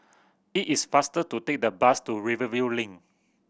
it is faster to take the bus to Rivervale Link